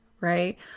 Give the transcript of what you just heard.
right